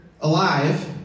alive